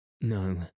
No